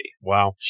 Wow